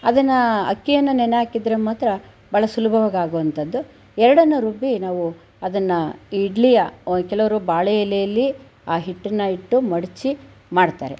ಅದನ್ನು ಅಕ್ಕಿಯನ್ನು ನೆನೆಹಾಕಿದರೆ ಮಾತ್ರ ಭಾಳ ಸುಲಭವಾಗಿ ಆಗುವಂಥದ್ದು ಎರಡನ್ನು ರುಬ್ಬಿ ನಾವು ಅದನ್ನು ಇಡ್ಲಿಯ ಆ ಕೆಲವರು ಬಾಳೆ ಎಲೆಯಲ್ಲಿ ಆ ಹಿಟ್ಟನ್ನು ಇಟ್ಟು ಮಡಚಿ ಮಾಡುತ್ತಾರೆ